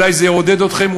אולי זה יעודד אתכם,